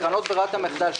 קרנות ברירת המחדל,